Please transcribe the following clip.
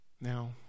now